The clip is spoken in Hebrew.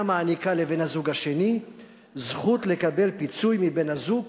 מעניקה לבן-הזוג השני זכות לקבל פיצוי מבן-הזוג